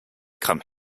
come